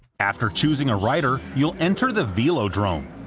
after choosing a rider, you'll enter the velodrome,